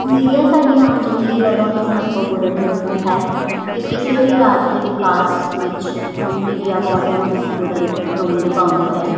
media ਸਾਡੀ ਆਮ ਜ਼ਿੰਦਗੀ ਦਾ ਬਹੁਤ ਹੀ ਮਹੱਤਵਪੂਰਨ ਹਿੱਸਾ ਹੈ ਅਤੇ ਕਿਸੇ ਵੀ ਰਾਜ ਦੇ ਵਿਕਾਸ ਵਿੱਚ ਅ ਮੀਡੀਆ ਬਹੁਤ ਹੀ ਮਹੱਤਵਪੂਰਨ ਰੋਲ ਨਿਭਾਉਂਦੀ ਹੈ